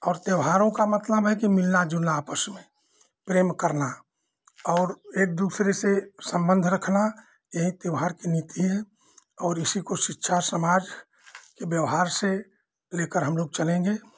और त्योहारों का मतलब है कि मिलना जुलना आपस में प्रेम करना और एक दूसरे से सम्बन्ध रखना यही त्योहार की नीति है और इसी को शिक्षा समाज के व्यवहार से लेकर हमलोग चलेंगे